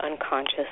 unconscious